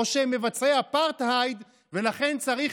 או שהם מבצעי אפרטהייד ולכן צריך